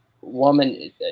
woman